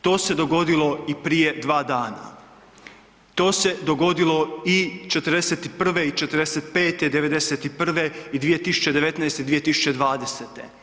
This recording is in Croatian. To se dogodilo i prije 2 dana, to se dogodilo i '41. i '45., '91. i 2019. i 2020.